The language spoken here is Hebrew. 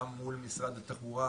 גם מול משרד התחבורה,